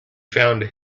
found